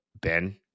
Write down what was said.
Ben